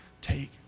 take